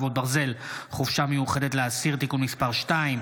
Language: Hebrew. חרבות ברזל) (חופשה מיוחדת לאסיר) (תיקון מס' 2),